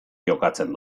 jokatzen